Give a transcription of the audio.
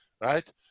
right